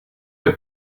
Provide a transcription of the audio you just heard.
est